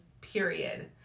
period